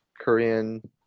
Korean